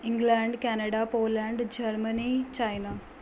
England Canada Poland Germany China